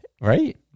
right